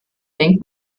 denken